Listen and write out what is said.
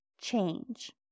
change